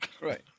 Right